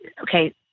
okay